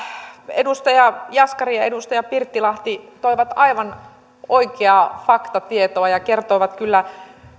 edustaja jaskari ja edustaja pirttilahti toivat aivan oikeaa faktatietoa ja kertoivat kyllä